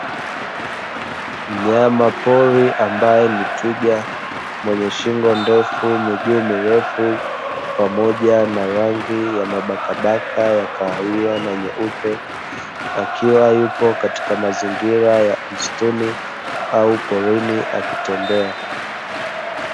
Mnyama pori ambaye ni twiga mwenye shingo ndefu, miguu mirefu pamoja na rangi ya mabakamabaka ya kahawia na nyeupe, akiwa yupo katika mazingira ya msituni au porini akitembea.